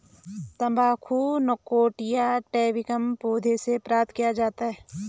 तंबाकू निकोटिया टैबेकम पौधे से प्राप्त किया जाता है